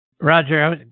roger